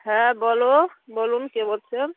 হ্যাঁ বলো বলুন কে বলছেন